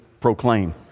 proclaim